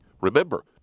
Remember